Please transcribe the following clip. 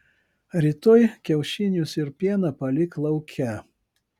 rytoj kiaušinius ir pieną palik lauke